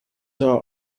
are